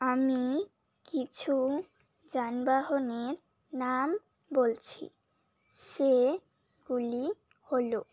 আমি কিছু যানবাহনের নাম বলছি সেগুলি হলো